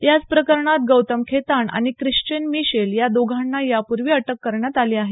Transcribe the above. याच प्रकरणात गौतम खेतान आणि ख्रिश्वेन मिशेल या दोघांना यापूर्वी अटक करण्यात आली आहे